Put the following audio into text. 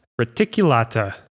reticulata